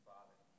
Father